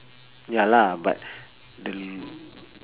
ya lah but the l~